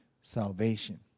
salvation